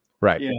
Right